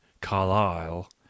Carlyle